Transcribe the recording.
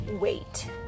wait